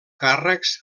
càrrecs